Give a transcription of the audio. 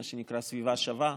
מה שנקרא "סביבה שווה",